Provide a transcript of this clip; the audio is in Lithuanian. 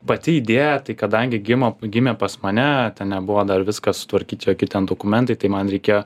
pati idėja tai kadangi gimo gimė pas mane ten nebuvo dar viską sutvarkyt joki ten dokumentai tai man reikėjo